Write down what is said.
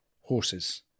horses